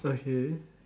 okay